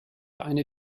eine